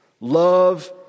love